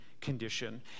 condition